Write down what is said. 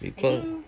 we call